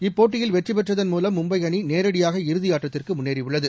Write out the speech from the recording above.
இப்போட்டியில் வெற்றிபெற்றதன் மூலம் மும்பைஅணிநேரடியாக இறுதியாட்டத்திற்குமுன்னேறியுள்ளது